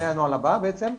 מהנוהל הבא בעצם,